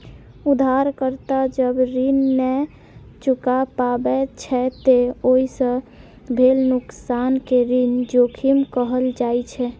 उधारकर्ता जब ऋण नै चुका पाबै छै, ते ओइ सं भेल नुकसान कें ऋण जोखिम कहल जाइ छै